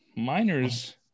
Miners